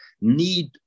need